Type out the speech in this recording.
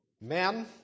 men